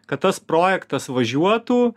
kad tas projektas važiuotų